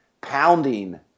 pounding